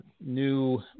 new